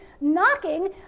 knocking